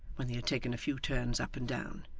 when they had taken a few turns up and down,